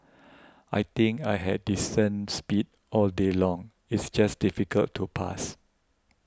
I think I had decent speed all day long it's just difficult to pass